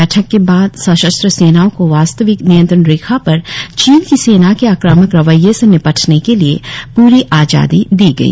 बैठक के बाद सशस्त्र सेनाओं को वास्तविक नियंत्रण रेखा पर चीन की सेना के आक्रामक रवैये से निपटने के लिए पूरी आजादी दी गई